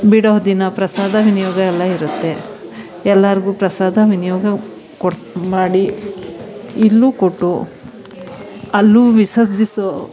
ಬಿಡೋ ದಿನ ಪ್ರಸಾದ ವಿನಿಯೋಗ ಎಲ್ಲ ಇರುತ್ತೆ ಎಲ್ಲರಿಗೂ ಪ್ರಸಾದ ವಿನಿಯೋಗ ಕೊಟ್ಟು ಮಾಡಿ ಇಲ್ಲೂ ಕೊಟ್ಟು ಅಲ್ಲೂ ವಿಸರ್ಜಿಸೋ